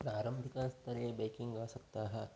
प्रारम्भिकस्तरे बेकिङ्ग् आसक्ताः